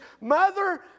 mother